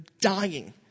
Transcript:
dying